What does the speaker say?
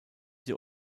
die